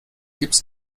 gips